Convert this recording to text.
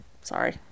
Sorry